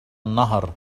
النهر